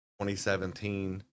2017